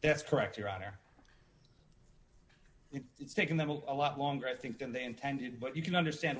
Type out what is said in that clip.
that's correct your honor it's taken them a lot longer i think than they intended but you can understand